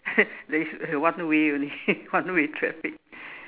there is one way only one way traffic